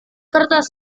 kertas